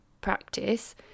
practice